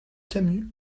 camus